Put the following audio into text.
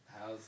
How's